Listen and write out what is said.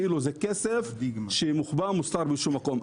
כאילו זה כסף שמוחבא ומוסתר באיזשהו מקום.